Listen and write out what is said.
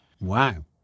Wow